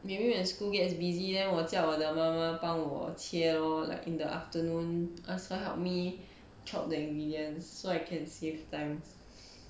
maybe when school gets busy then 我叫我的妈妈帮我切 lor like in the afternoon ask her help me chop the ingredients so I can save time